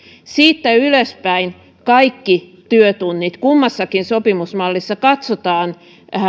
siitä ylöspäin kaikki työtunnit kummassakin sopimusmallissa katsotaan